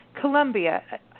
Colombia